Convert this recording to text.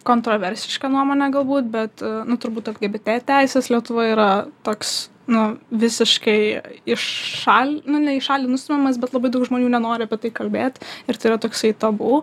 kontroversiška nuomonė galbūt bet turbūt lgbt teisės lietuvoje yra toks nu visiškai į šalį nu ne į šalį nustumiamas bet labai daug žmonių nenori apie tai tai kalbėt ir tai yra toksai tabu